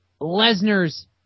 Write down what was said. Lesnar's